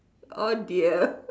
oh dear